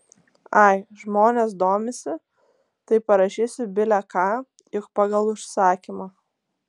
ai žmonės domisi tai parašysiu bile ką juk pagal užsakymą